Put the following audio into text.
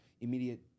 immediate